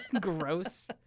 Gross